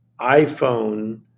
iphone